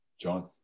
John